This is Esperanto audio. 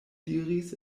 diris